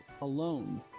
alone